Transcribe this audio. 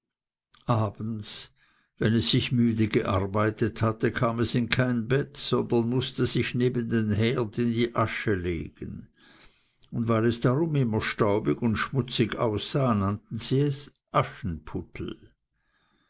abends wenn es sich müde gearbeitet hatte kam es in kein bett sondern mußte sich neben den herd in die asche legen und weil es darum immer staubig und schmutzig aussah nannten sie es